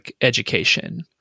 education